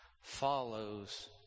follows